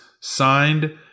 signed